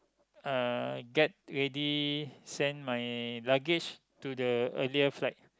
uh get ready send my luggage to the earlier flight